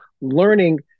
learning